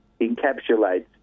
encapsulates